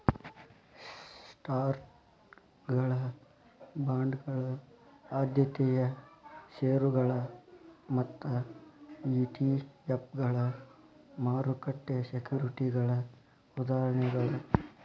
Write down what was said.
ಸ್ಟಾಕ್ಗಳ ಬಾಂಡ್ಗಳ ಆದ್ಯತೆಯ ಷೇರುಗಳ ಮತ್ತ ಇ.ಟಿ.ಎಫ್ಗಳ ಮಾರುಕಟ್ಟೆ ಸೆಕ್ಯುರಿಟಿಗಳ ಉದಾಹರಣೆಗಳ